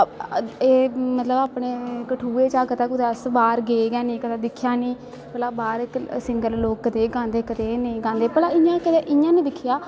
मतलव अपने कठुए चा कदै अस बाह्र गे गै नी दिक्खेआ नी भला बाह्र सिंगर लोग कनेहा गांदे कनेह् नेंई गांदे भ ला इयां कदैं इयां नी दिक्खेआ